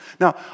Now